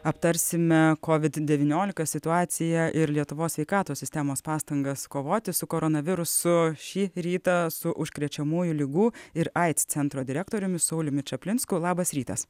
aptarsime covid devyniolika situaciją ir lietuvos sveikatos sistemos pastangas kovoti su koronavirusu šį rytą su užkrečiamųjų ligų ir aids centro direktoriumi sauliumi čaplinsku labas rytas